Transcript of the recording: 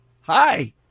Hi